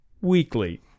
weekly